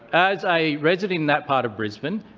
as a resident in that part of brisbane,